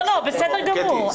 בסדר גמור.